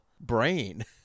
brain